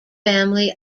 family